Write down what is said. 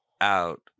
out